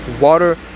water